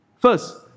First